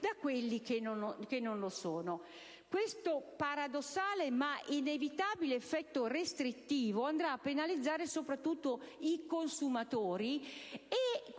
da quelli che non lo sono. Questo paradossale ma inevitabile effetto restrittivo penalizzerà soprattutto i consumatori